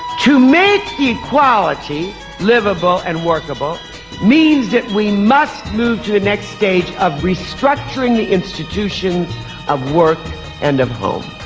to make equality liveable and workable means that we must move to the next stage of restructuring the institutions of work and of home.